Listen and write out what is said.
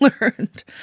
learned